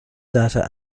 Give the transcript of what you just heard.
data